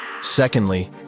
Secondly